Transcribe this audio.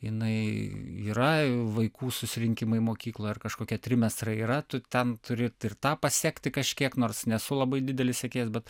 jinai yra vaikų susirinkimai mokykloj ar kažkokie trimestrai yra tu ten turi tik tą pasiekti kažkiek nors nesu labai didelis sekėjas bet